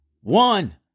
one